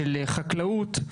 של חקלאות.